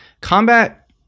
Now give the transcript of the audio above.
Combat